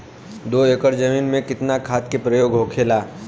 दो एकड़ जमीन में कितना खाद के प्रयोग होखेला?